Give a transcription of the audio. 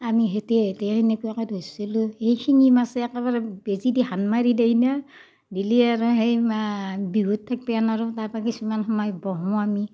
আমি সেতে এতে এনেকুৱাকে ধইৰ্ছিলোঁ এই শিঙি মাছে একেবাৰে বেজী দি শাল মাৰি দিয়েইনা দিলে আৰু সেই মা বিষত থাকিব নোৱাৰোঁ তাৰপৰা কিছুমান সময় বহোঁ আমি